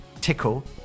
tickle